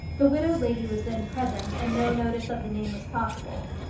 the widowed lady was then present, and no notice of the name was possible.